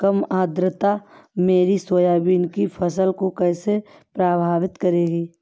कम आर्द्रता मेरी सोयाबीन की फसल को कैसे प्रभावित करेगी?